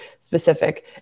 specific